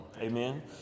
Amen